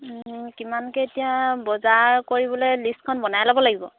কিমানকৈ এতিয়া বজাৰ কৰিবলৈ লিষ্টখন বনাই ল'ব লাগিব